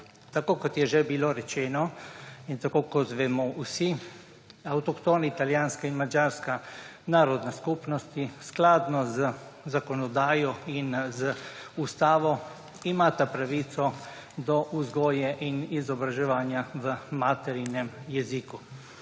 Tako kot je že bilo rečeno in tako kot vemo vsi, avtohtoni italijanska in madžarska narodna skupnost skladno z zakonodajo in z Ustavo imata pravico do vzgoje in izobraževanja v maternem jeziku.